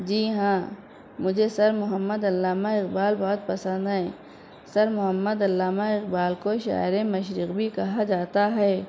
جی ہاں مجھے سر محمد علامہ اقبال بہت پسند ہیں سر محمد علامہ اقبال کو شاعر مشرق بھی کہا جاتا ہے